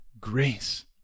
grace